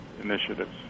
Initiatives